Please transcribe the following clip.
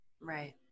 Right